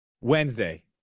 Wednesday